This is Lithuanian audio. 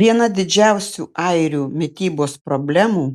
viena didžiausių airių mitybos problemų